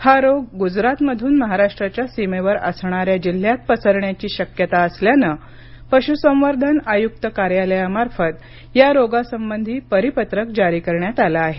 हा रोग गुजरातमधून महाराष्ट्राच्या सीमेवर असणाऱ्या जिल्ह्यात पसरण्याची शक्यता असल्यानं पशुसंवर्धन आयुक्त कार्यालयामार्फत या रोगासंबंधी परिपत्रक जारी करण्यात आलं आहे